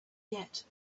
yet